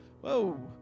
Whoa